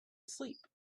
asleep